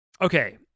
Okay